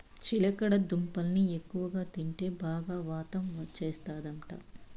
చిలకడ దుంపల్ని ఎక్కువగా తింటే బాగా వాతం చేస్తందట